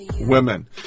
women